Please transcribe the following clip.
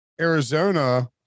Arizona